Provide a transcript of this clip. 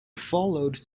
followed